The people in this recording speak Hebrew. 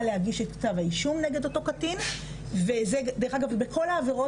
להגיש את כתב האישום נגד אותו קטין וזה דרך אגב בכל העבירות